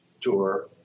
tour